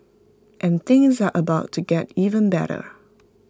and things are about to get even better